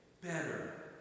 better